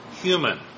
human